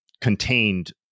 contained